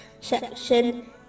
section